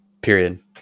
period